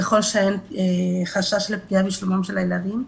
ככל שיש חשש לפגיעה בשלומם של הילדים.